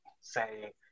say